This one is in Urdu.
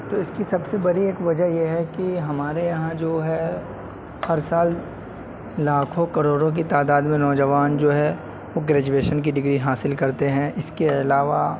تو اس کی سب سے بڑی ایک وجہ یہ ہے کہ ہمارے یہاں جو ہے ہر سال لاکھوں کروڑوں کی تعداد میں نوجوان جو ہے وہ گریجویشن کی ڈگری حاصل کرتے ہیں اس کے علاوہ